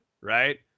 right